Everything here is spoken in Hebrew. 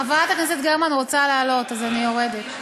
ביטן, חברת הכנסת גרמן רוצה לעלות אז אני יורדת.